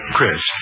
Chris